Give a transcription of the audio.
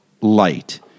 light